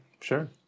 Sure